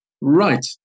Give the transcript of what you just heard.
Right